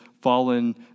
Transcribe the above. fallen